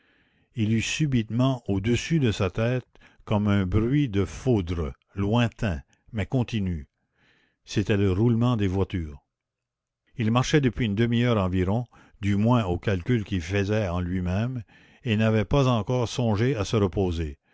il eut subitement au-dessus de sa tête comme un bruit de foudre lointain mais continu c'était le roulement des voitures il marchait depuis une demi-heure environ du moins au calcul qu'il faisait en lui-même et n'avait pas encore songé à se reposer